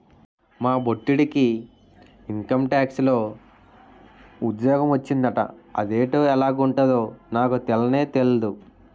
మా బొట్టిడికి ఇంకంటాక్స్ లో ఉజ్జోగ మొచ్చిందట అదేటో ఎలగుంటదో నాకు తెల్నే తెల్దు